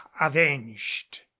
avenged